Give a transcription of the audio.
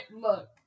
Look